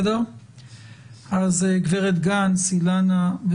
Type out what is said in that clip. אז גברת גנס אילנה ,